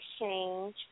exchange